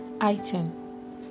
item